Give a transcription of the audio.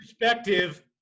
perspective